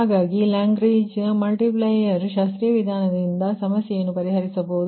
ಆದ್ದರಿಂದ Lagrange multiplier multipliers ಶಾಸ್ತ್ರೀಯ ವಿಧಾನದಿಂದ ಸಮಸ್ಯೆಯನ್ನು ಪರಿಹರಿಸಬಹುದು